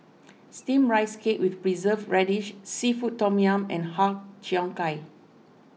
Steamed Rice Cake with Preserved Radish Seafood Tom Yum and Har Cheong Gai